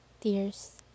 tears